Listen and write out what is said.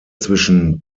zwischen